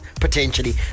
potentially